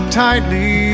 tightly